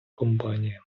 компанія